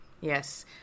Yes